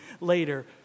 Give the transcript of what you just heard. later